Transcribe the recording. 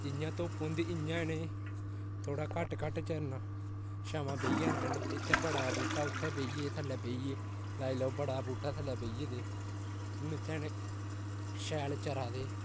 जि'यां धोप होंदी इ'यां इ'नें थोड़ा घट्ट घट्ट चरना छमांऽ बेही जाना इ'नें इत्थें बड़ा दा बूह्टा ऐ उत्थें बेहिये थल्लै बेहिये लाई लैओ बड़ा दा बूह्टा थल्लै बेहिये दे हून इत्थें इ'नें शैल चरा दे